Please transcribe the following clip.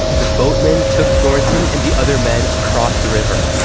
the boatman took thornton and the other men across the river,